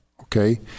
okay